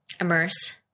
Immerse